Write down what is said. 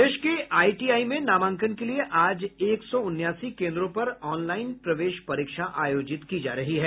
प्रदेश के आईटीआई में नामांकन के लिए आज एक सौ उनासी केन्द्रों पर ऑनलाईन प्रवेश परीक्षा आयोजित की जा रही है